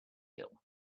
hill